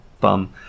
bum